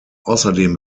außerdem